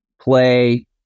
play